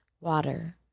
water